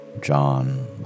John